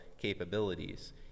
capabilities